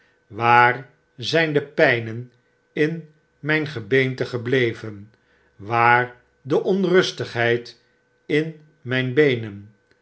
waar zyn de pijnen in myn gebeente gebleven waar de onrustigheid in mijn beenen